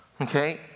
Okay